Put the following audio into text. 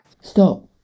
Stop